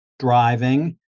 Driving